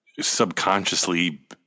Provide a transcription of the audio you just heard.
subconsciously